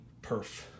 PERF